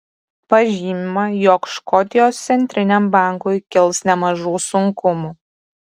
pažymima jog škotijos centriniam bankui kils nemažų sunkumų